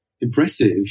impressive